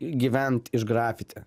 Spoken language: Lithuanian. gyvent iš grafiti